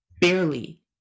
barely